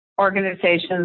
organizations